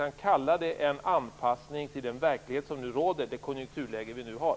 Man kan kalla det för en anpassning till den verklighet som nu råder, till det konjunkturläge som vi nu har.